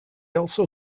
also